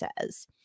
says